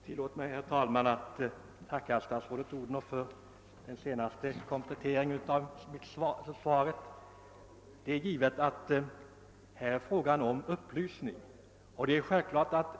Herr talman! Tillåt mig att tacka statsrådet fru Odhnoff för kompletteringen av svaret på min interpellation. Det är givet att det här främst måste bli fråga om upplysning.